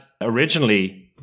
originally